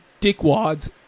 dickwads